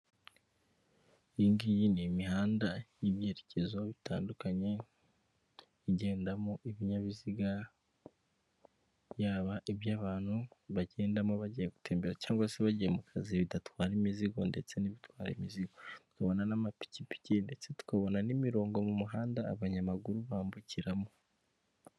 Iyi ngiyi ni imihanda y'ibyerekezo bitandukanye igendamo ibinyabiziga, yaba iby'abantu bagendamo bagiye gutembera cyangwa se bagiye mu kazi bidatwara imizigo ndetse n'ibitwara imizigo, tukabona n'amapikipiki ndetse tukabona n'imirongo mu muhanda abanyamaguru bambukiramo.